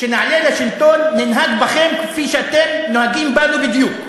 כשנעלה לשלטון ננהג בכם כפי שאתם נוהגים בנו בדיוק.